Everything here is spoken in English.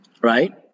right